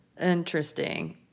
interesting